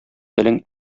телең